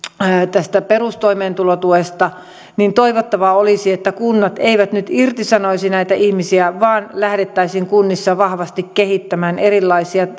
tästä perustoimeentulotuesta niin toivottavaa olisi että kunnat eivät nyt irtisanoisi näitä ihmisiä vaan lähdettäisiin kunnissa vahvasti kehittämään erilaisia